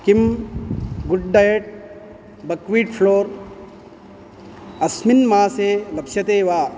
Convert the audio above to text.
किं गुड्डायेट् buckwheat flour अस्मिन् मासे लप्स्यते वा